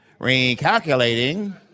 Recalculating